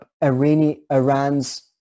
Iran's